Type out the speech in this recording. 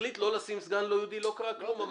החליט לא למנות סגן לא יהודי, לא קרה כלום.